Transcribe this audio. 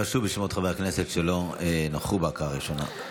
קרא שוב בשמות חברי הכנסת שלא נכחו בהקראה הראשונה.